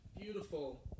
beautiful